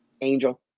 angel